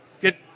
get